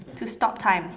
to stop time